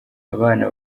abana